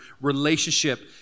relationship